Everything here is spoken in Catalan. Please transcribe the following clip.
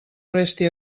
resti